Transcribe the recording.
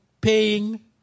paying